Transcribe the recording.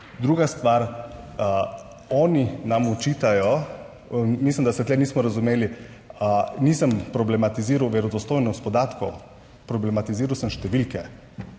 Druga stvar, oni nam očitajo, mislim, da se tu nismo razumeli, nisem problematiziral verodostojnost podatkov, problematiziral sem številke.